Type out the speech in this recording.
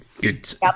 good